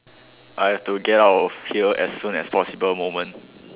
I have to get out of here as soon as possible moment